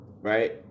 right